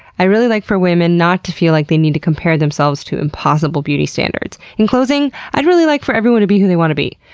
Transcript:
i really like for women not to feel like they need to compare themselves to impossible beauty standards. in closing, i'd really like for everyone to be who they want to be.